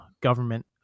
government